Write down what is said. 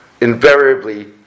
Invariably